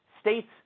states